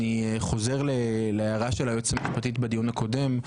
אני חוזר להערה של היועצת המשפטית בדיון הקודם,